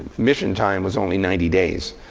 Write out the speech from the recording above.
mission time was only ninety days.